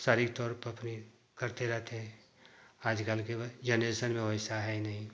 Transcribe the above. शारीरिक तौर पब वह करते रहते हैं आजकल के वह जनरेशन में वैसा है नहीं